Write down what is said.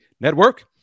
Network